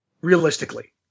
Realistically